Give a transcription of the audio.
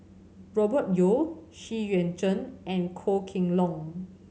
Robert Yeo Xu Yuan Zhen and Goh Kheng Long